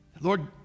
Lord